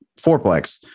fourplex